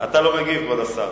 אתה לא מגיב, כבוד השר.